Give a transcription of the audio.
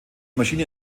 maschine